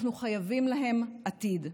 אנחנו חייבים להם עתיד.